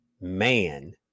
man